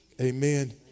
Amen